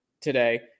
today